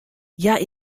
hja